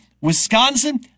Wisconsin